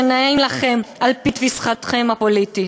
שנעים לכם על-פי תפיסתכם הפוליטית.